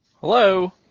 Hello